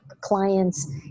clients